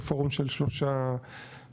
זה פורום של שלושה נציגים,